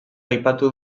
aipatu